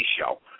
show